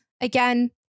Again